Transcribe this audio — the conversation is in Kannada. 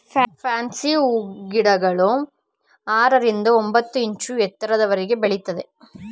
ಫ್ಯಾನ್ಸಿ ಹೂಗಿಡಗಳು ಆರರಿಂದ ಒಂಬತ್ತು ಇಂಚು ಎತ್ತರದವರೆಗೆ ಬೆಳಿತವೆ